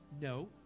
no